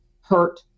hurt